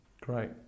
great